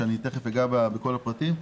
שתיכף אגע בכל הפרטים,